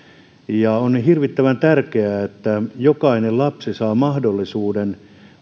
on hirvittävän tärkeää että jokainen lapsi saa mahdollisuuden